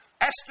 Esther